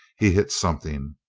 he hit something.